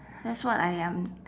that's what I am